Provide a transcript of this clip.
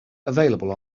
available